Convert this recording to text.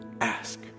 ask